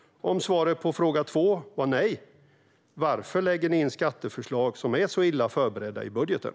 Om svaret på fråga två är nej, varför lägger ni då fram skatteförslag som är så dåligt beredda i budgeten?